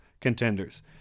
contenders